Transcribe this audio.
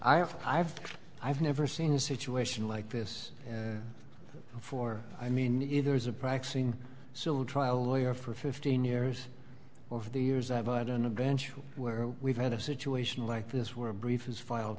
have i've i've never seen a situation like this before i mean either as a practicing civil trial lawyer for fifteen years over the years i've had an adventure where we've had a situation like this where a brief is filed